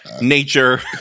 nature